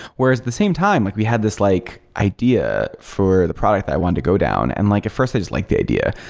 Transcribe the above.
whereas the same time, like we had this like idea for the product i wanted to go down. and like at first i just liked the idea.